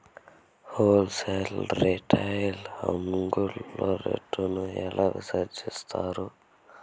Whole sale retail అంగడ్లలో rate ను ఎలా నిర్ణయిస్తారు యిస్తారు?